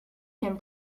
him